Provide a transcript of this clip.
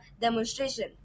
demonstration